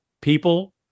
people